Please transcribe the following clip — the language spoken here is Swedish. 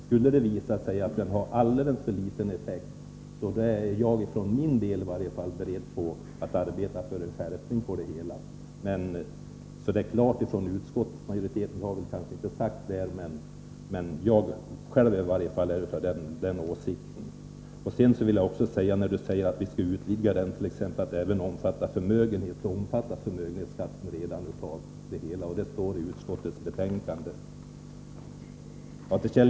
Skulle det visa sig att lagen i sin nuvarande utformning har alldeles för liten effekt är jag för min del beredd att arbeta för en skärpning. Detta har inte klart uttalats av utskottsmajoriteten, men jag själv är av den åsikten. Till det som anförs om att vi skulle vilja utvidga klausulen till att även omfatta förmögenhet vill jag säga att förmögenhetsbeskattningen redan omfattas av bestämmelse — och det står i utskottets betänkande.